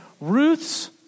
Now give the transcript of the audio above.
Ruth's